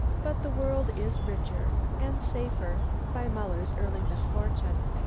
but the world is richer, and safer, by muller's early misfortune.